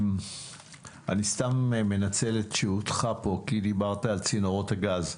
אני מנצל את שהותך פה כי דיברת על צינורות הגז.